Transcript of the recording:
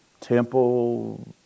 temple